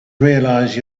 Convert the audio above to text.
realize